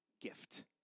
gift